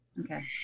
okay